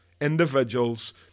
individuals